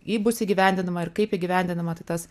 jei bus įgyvendinama ir kaip įgyvendinama tai tas